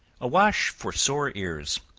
a wash for sore ears.